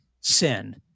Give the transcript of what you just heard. sin